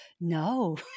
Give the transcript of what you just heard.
no